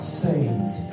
saved